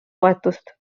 toetust